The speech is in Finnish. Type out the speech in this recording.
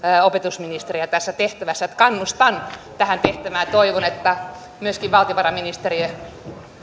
opetusministeriä tässä tehtävässä eli kannustan tähän tehtävään minä toivon että myöskin valtiovarainministeriö